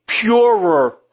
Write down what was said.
purer